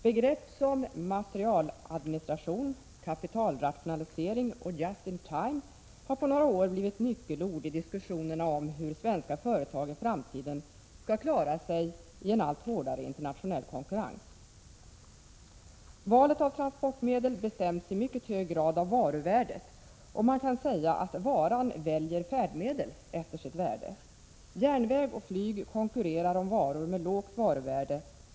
Begrepp som materialadministration, kapitalrationalisering och just-in-time har på några år blivit nyckelord i diskussionerna om hur svenska företag i framtiden skall klara sig i en allt hårdare internationell konkurrens. Valet av transportmedel bestäms i mycket hög grad av varuvärdet, och man kan säga att varan väljer färdmedel efter sitt värde. Järnväg och sjöfart konkurrerar om varor med lågt varuvärde.